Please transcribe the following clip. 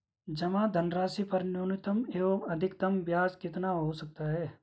जमा धनराशि पर न्यूनतम एवं अधिकतम ब्याज कितना हो सकता है?